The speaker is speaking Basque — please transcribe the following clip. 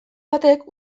batek